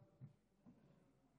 שלוש